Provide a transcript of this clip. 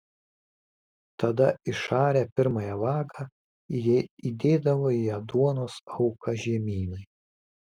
tada išarę pirmąją vagą įdėdavo į ją duonos auką žemynai